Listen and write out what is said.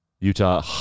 Utah